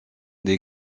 des